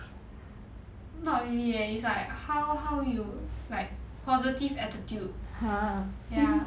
not really leh it's like how how you like positive attitude ya